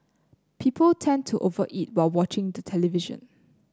people tend to over eat while watching the television